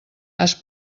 has